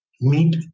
meet